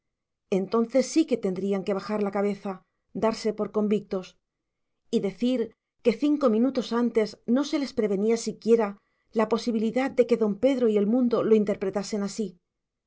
entonces sí que tendrían que bajar la cabeza darse por convictos y decir que cinco minutos antes no se les prevenía siquiera la posibilidad de que don pedro y el mundo lo interpretasen así